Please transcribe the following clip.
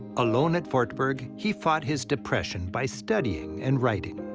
alone at wartburg, he fought his depression by studying and writing.